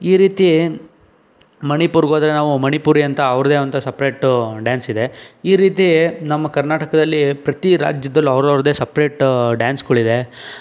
ಈ ರೀತಿ ಮಣಿಪುರಗೆ ಹೋದರೆ ನಾವು ಮಣಿಪುರಿ ಅಂತ ಅವರದೇ ಆದಂಥ ಸಪ್ರೇಟ್ ಡ್ಯಾನ್ಸ್ ಇದೆ ಈ ರೀತಿ ನಮ್ಮ ಕರ್ನಾಟಕದಲ್ಲಿ ಪ್ರತಿ ರಾಜ್ಯದಲ್ಲಿ ಅವರವರದೇ ಸಪ್ರೇಟ್ ಡ್ಯಾನ್ಸ್ಗಳಿದೆ